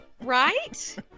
Right